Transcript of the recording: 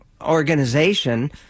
organization